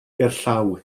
gerllaw